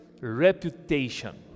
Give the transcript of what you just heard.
reputation